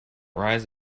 rise